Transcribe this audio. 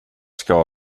ska